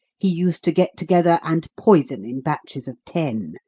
he used to get together and poison in batches of ten,